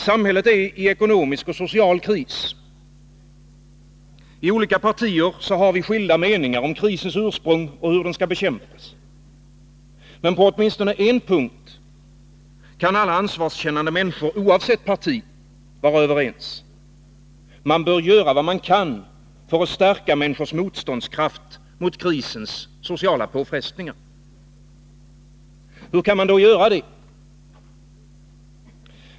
Samhället är i ekonomisk och social kris. I olika partier har man skilda meningar om krisens ursprung och hur den skall bekämpas. Men på åtminstone en punkt kan alla ansvarskännande människor oavsett parti vara överens: man bör göra vad man kan för att stärka människors motståndskraft mot krisens sociala påfrestningar. Hur kan man då göra det?